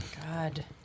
God